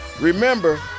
Remember